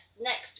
Next